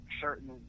certain